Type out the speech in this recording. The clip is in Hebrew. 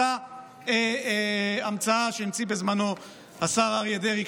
אותה המצאה שהמציא בזמנו השר אריה דרעי,